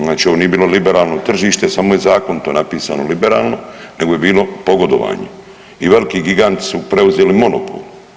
Znači ovo nije bilo liberalno tržište, samo je zakon to napisano liberalno, nego je bilo pogodovanje i veliki giganti su preuzeli monopol.